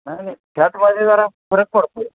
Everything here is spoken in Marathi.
नाही नाही फॅटमध्ये जरा फरक पडतो आहे